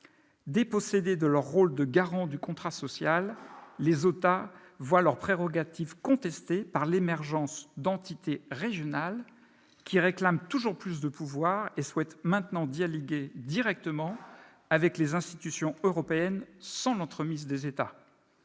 Dépossédés de leur rôle de garant du contrat social, les États voient leurs prérogatives contestées par l'émergence d'entités régionales qui réclament toujours plus de pouvoirs et souhaitent maintenant dialoguer directement avec les institutions européennes, sans l'entremise des États.